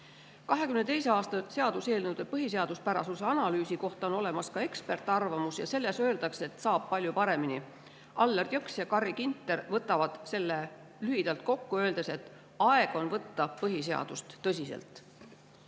2022. aasta seaduseelnõude põhiseaduspärasuse analüüsi kohta on olemas ka ekspertarvamus ja selles öeldakse, et saab palju paremini. Allar Jõks ja Carri Ginter võtavad selle lühidalt kokku, öeldes, et aeg on võtta põhiseadust tõsiselt. Kas